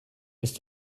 ist